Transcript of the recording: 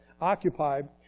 occupied